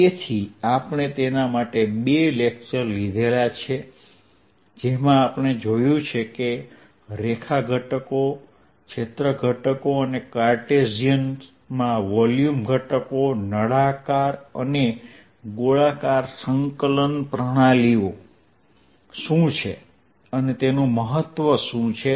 તેથી આપણે તેના માટે બે લેક્ચર લીધેલા છે જેમા આપણે જોયું છે કે રેખા ઘટકો ક્ષેત્ર ઘટકો અને કાર્ટેશિયનમાં વોલ્યુમ ઘટકો નળાકાર અને ગોળાકાર સંકલન પ્રણાલીઓ શું છે અને તેનું મહત્વ શું છે